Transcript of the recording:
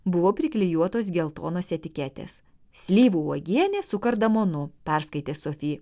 buvo priklijuotos geltonos etiketės slyvų uogienė su kardamonu perskaitė sofi